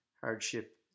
hardship